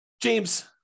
James